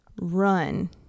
run